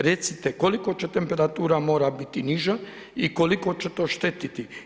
Recite koliko će temperatura mora biti niža i koliko će to štetiti?